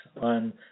on